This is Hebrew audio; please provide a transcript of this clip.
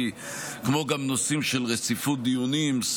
כמו גם נושאים של רציפות דיונים,